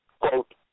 quote